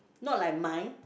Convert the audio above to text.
not like mine